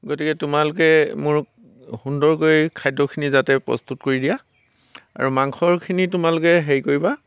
গতিকে তোমালোকে মোৰ সুন্দৰকৈ খাদ্যখিনি যাতে প্ৰস্তুত কৰি দিয়া আৰু মাংসখিনি তোমালোকে হেৰি কৰিবা